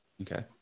okay